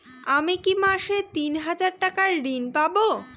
আমি কি মাসে তিন হাজার টাকার ঋণ পাবো?